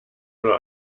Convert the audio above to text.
nur